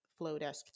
Flowdesk